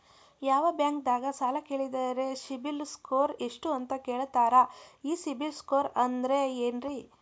ಯಾವ ಬ್ಯಾಂಕ್ ದಾಗ ಸಾಲ ಕೇಳಿದರು ಸಿಬಿಲ್ ಸ್ಕೋರ್ ಎಷ್ಟು ಅಂತ ಕೇಳತಾರ, ಈ ಸಿಬಿಲ್ ಸ್ಕೋರ್ ಅಂದ್ರೆ ಏನ್ರಿ?